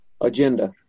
agenda